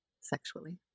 sexually